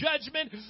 judgment